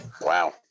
Wow